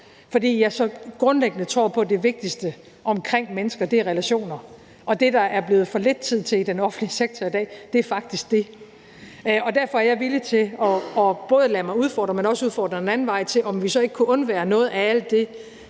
fordi jeg så grundlæggende tror på, at det vigtigste omkring mennesker er relationer, og det, der er blevet for lidt tid til i den offentlige sektor i dag, er faktisk det. Derfor er jeg villig til både at lade mig udfordre, men også udfordre en anden vej, altså om vi så ikke kunne undvære noget af alt det,